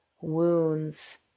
wounds